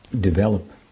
develop